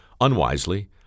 unwisely